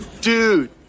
Dude